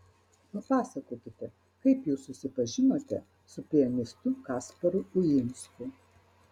papasakokite kaip jūs susipažinote su pianistu kasparu uinsku